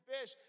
fish